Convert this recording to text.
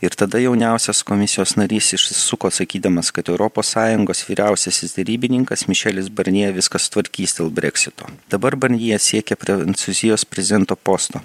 ir tada jauniausias komisijos narys išsisuko sakydamas kad europos sąjungos vyriausiasis derybininkas mišelis barinjė viską sutvarkys dėl breksito dabar barinjė siekia prancūzijos prezidento posto